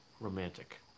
Romantic